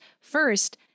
first